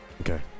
Okay